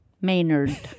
Maynard